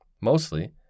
Mostly